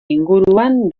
inguruan